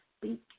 speak